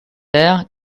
aires